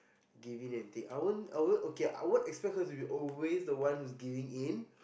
giving in and take I won't I won't okay I won't always expect her to be the giving in